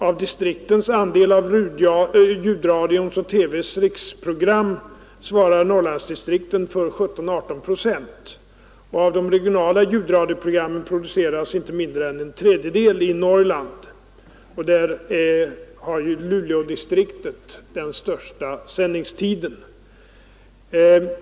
Av distriktens andel i ljudradions och TV:s riksprogram svarar Norrlandsdistrikten för 17—18 procent, och av de regionala ljudradioprogrammen produceras inte mindre än en tredjedel i Norrland. Där har Luleådistriktet den största sändningstiden.